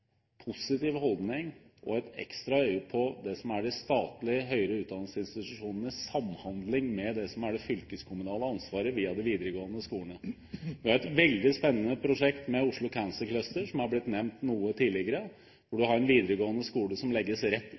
positiv holdning til og et ekstra øye på det som er de statlige høyere utdanningsinstitusjonenes samhandling med det som er det fylkeskommunale ansvaret via de videregående skolene. Vi har et veldig spennende prosjekt med Oslo Cancer Cluster, som har blitt nevnt tidigere, hvor man har en videregående skole som legges rett